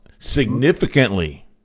Significantly